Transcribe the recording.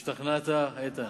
השתכנעת, איתן?